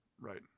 Right